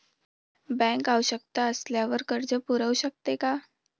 Bank आवश्यकता असल्यावर कर्ज पुरवू शकते का?